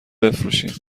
بفروشیم